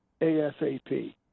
ASAP